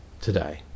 today